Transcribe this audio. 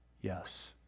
yes